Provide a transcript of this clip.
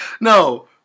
No